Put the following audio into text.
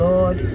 Lord